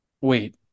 Wait